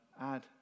add